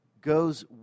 goes